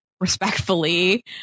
respectfully